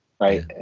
Right